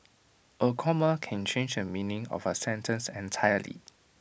A comma can change the meaning of A sentence entirely